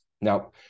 Now